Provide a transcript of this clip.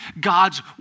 God's